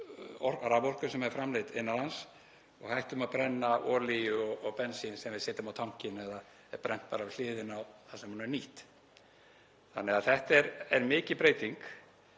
og hætta að brenna olíu og bensíni sem við setjum á tankinn eða er brennt bara við hliðina á þar sem orkan er nýtt. Þetta er mikil breyting